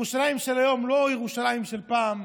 ירושלים של היום, לא ירושלים של פעם,